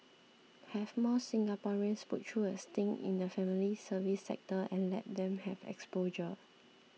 have more Singaporeans put through a stint in the family service sector and let them have exposure